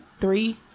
Three